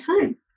time